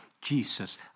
Jesus